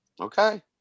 okay